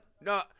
no